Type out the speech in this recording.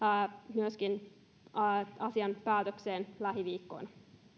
asian myöskin päätökseen lähiviikkoina